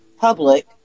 public